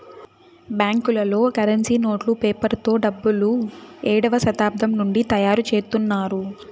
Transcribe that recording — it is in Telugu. బ్యాంకులలో కరెన్సీ నోట్లు పేపర్ తో డబ్బులు ఏడవ శతాబ్దం నుండి తయారుచేత్తున్నారు